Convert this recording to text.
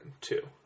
Two